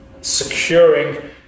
securing